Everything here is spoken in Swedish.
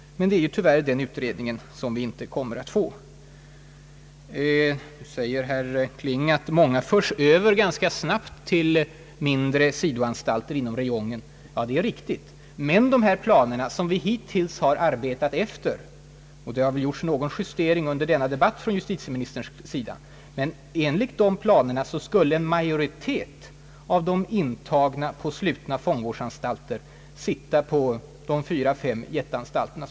Det är ju tyvärr den utredningen som vi inte kommer att få. Herr Kling säger att många interner ganska snabbt förs över till mindre sidoanstalter inom räjongen. Ja, det är riktigt. Men de planer som vi hittills har arbetat efter — och det har väl gjorts någon justering av dem under den här debatten — skulle leda till att en majoritet av de intagna på slutna fångvårdsanstalter skulle sitta på de fyra—fem planerade jätteanstalterna.